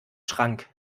schrank